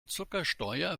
zuckersteuer